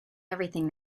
everything